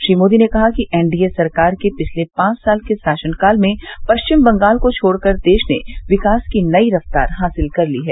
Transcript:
श्री मोदी ने कहा कि एनडीए सरकार के पिछले पांच साल के शासनकाल में पश्चिम बंगाल को छोड़कर देश ने विकास की नई रफ्तार हासिल कर ली है